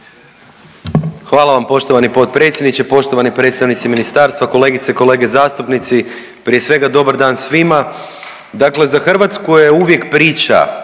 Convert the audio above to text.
Hvala vam poštovani potpredsjedniče. Poštovani predstavnici ministarstva, kolegice i kolege zastupnici, prije svega dobar dan svima. Dakle, za Hrvatsku je uvijek priča,